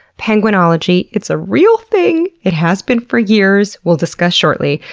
penguinology it's a real thing, it has been for years, we'll discuss shortly.